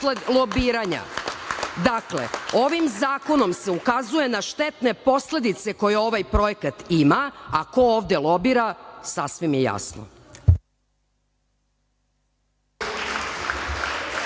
lobiranja. Dakle, ovim zakonom se ukazuje na štetne posledice koje ovaj projekat ima, a ko ovde lobira sasvim je jasno.